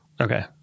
Okay